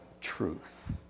truth